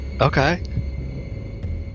Okay